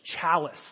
chalice